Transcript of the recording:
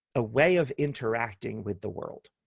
a way of interacting with the world.